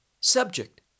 subject